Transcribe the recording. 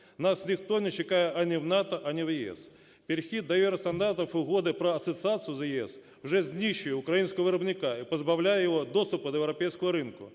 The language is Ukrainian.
Нас ніхто не чекає ані в НАТО, ані в ЄС. Перехід до євростандартів Угоди про асоціацію з ЄС вже знищує українського виробника і позбавляє його доступу до європейського ринку,